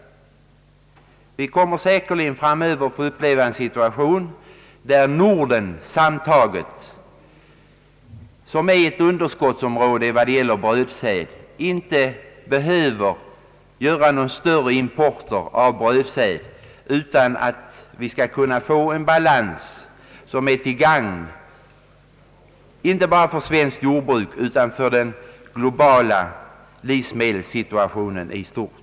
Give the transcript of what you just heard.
Vi kommer säkerligen framöver att få uppleva en situation, där Norden sammantaget, som är ett underskottsområde när det gäller brödsäd, inte behöver importera några större kvantiteter brödsäd utan skall kunna få en balans som är till gagn inte bara för svenskt jordbruk utan för den globala livsmedelssituationen i stort.